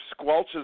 squelches